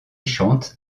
chante